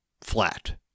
flat